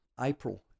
April